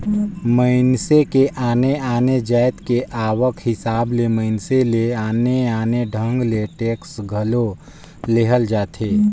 मइनसे के आने आने जाएत के आवक हिसाब ले मइनसे ले आने आने ढंग ले टेक्स घलो लेहल जाथे